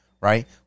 right